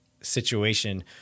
situation